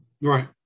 Right